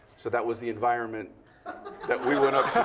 so that was the environment that we went up